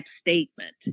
statement